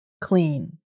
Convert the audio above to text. clean